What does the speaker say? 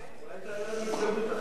אולי תראה לנו הזדמנות אחת.